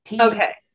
Okay